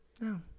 no